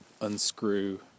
unscrew